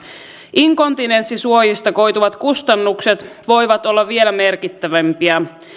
inkontinenssisuojista koituvat kustannukset voivat olla vielä merkittävämpiä